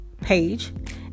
page